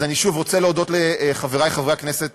אני שוב רוצה להודות לחברי חברי הכנסת